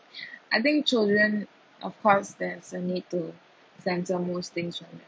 I think children of course there's a need to censor most things one